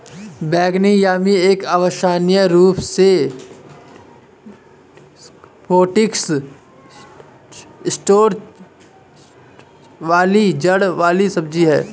बैंगनी यामी एक अविश्वसनीय रूप से पौष्टिक स्टार्च वाली जड़ वाली सब्जी है